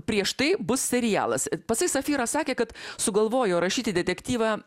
prieš tai bus serialas patsai safyras sakė kad sugalvojo rašyti detektyvą